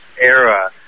era